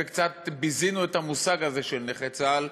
וקצת ביזינו את המושג הזה של נכה צה"ל,